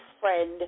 friend